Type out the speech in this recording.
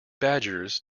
badgers